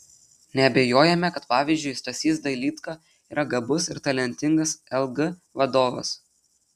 neabejojame kad pavyzdžiui stasys dailydka yra gabus ir talentingas lg vadovas